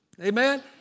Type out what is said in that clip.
Amen